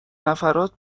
نفرات